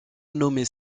nommée